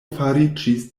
fariĝis